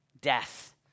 death